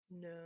No